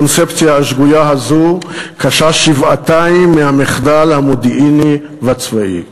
הקונספציה השגויה הזו קשה שבעתיים מהמחדל המודיעיני והצבאי.